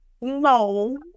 No